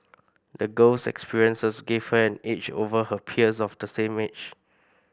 the girl's experiences gave her an edge over her peers of the same age